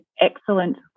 excellent